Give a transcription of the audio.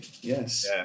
Yes